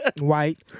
White